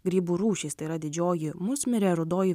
grybų rūšys tai yra didžioji musmirė rudoji